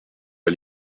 pas